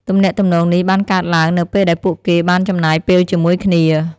ទំនាក់ទំនងនេះបានកកើតឡើងនៅពេលដែលពួកគេបានចំណាយពេលជាមួយគ្នា។